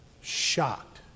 shocked